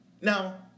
Now